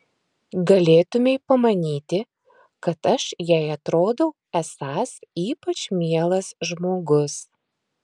galėtumei pamanyti kad aš jai atrodau esąs ypač mielas žmogus